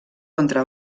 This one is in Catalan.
contra